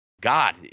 God